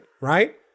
right